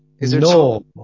No